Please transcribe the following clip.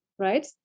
right